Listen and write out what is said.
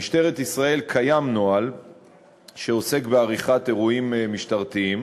במשטרת ישראל קיים נוהל שעוסק בעריכת אירועים משטרתיים,